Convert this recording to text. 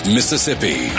Mississippi